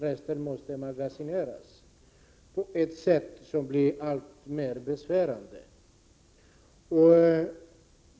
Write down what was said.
Resten måste magasineras, och det på ett sätt som blir alltmer besvärande.